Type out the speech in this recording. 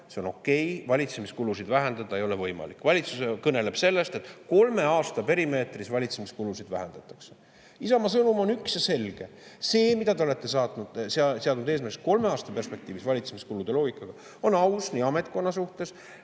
on okei, valitsemiskulusid vähendada ei ole võimalik. Valitsus kõneleb sellest, et kolme aasta perimeetris valitsemiskulusid vähendatakse. Isamaa sõnum on üks ja selge: see, mille te olete seadnud eesmärgiks kolme aasta perspektiivis valitsemiskulude loogikas – see on aus nii ametkonna suhtes